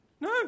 no